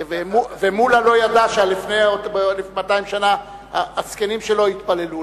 ומולה לא ידע שלפני 200 שנה הזקנים שלו התפללו,